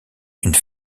une